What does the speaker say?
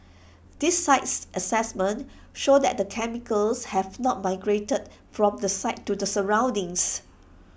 these sites assessments show that the chemicals have not migrated from the site to the surroundings